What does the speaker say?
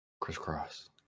crisscross